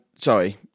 sorry